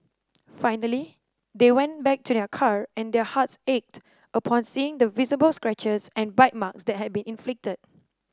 finally they went back to their car and their hearts ached upon seeing the visible scratches and bite marks that had been inflicted